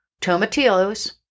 tomatillos